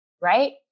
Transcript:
right